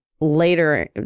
later